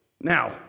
Now